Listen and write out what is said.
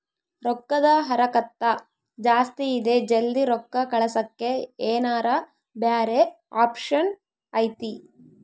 ರೊಕ್ಕದ ಹರಕತ್ತ ಜಾಸ್ತಿ ಇದೆ ಜಲ್ದಿ ರೊಕ್ಕ ಕಳಸಕ್ಕೆ ಏನಾರ ಬ್ಯಾರೆ ಆಪ್ಷನ್ ಐತಿ?